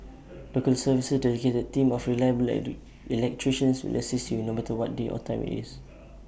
local service's dedicated team of reliable electricians will assist you no matter what day or time IT is